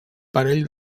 parell